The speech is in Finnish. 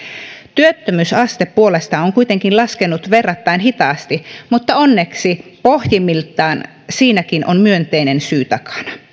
työttömyysaste puolestaan on kuitenkin laskenut verrattain hitaasti mutta onneksi pohjimmiltaan siinäkin on myönteinen syy takana